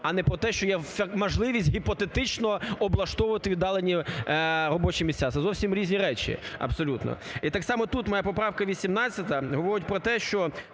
а не про те, що є можливість гіпотетично облаштовувати віддалені робочі місця. Це зовсім різні речі, абсолютно. І так само тут моя поправка, 18-а, говорить про те, що